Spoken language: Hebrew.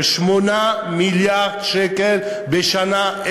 של 8 מיליארד שקל בשנה,